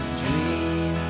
dream